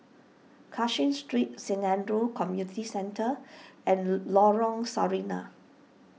Cashin Street Saint andrew's Community Center and Lorong Sarina